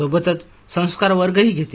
सोबतच संस्कार वर्ग ही घेते